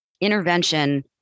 intervention